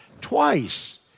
twice